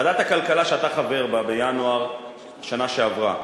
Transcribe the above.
ועדת הכלכלה שאתה חבר בה, בינואר שנה שעברה,